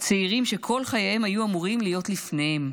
צעירים, שכל חייהם היו אמורים להיות לפניהם.